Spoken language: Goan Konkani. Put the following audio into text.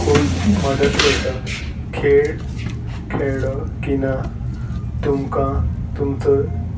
खूब मदत करता खेळ खेळ्ळो की ना तुमकां तुमचो